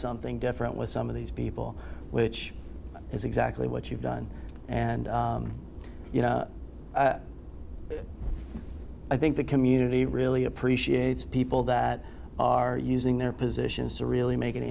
different with some of these people which is exactly what you've done and you know i think the community really appreciates people that are using their positions to really make an